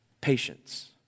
Patience